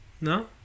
No